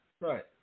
Right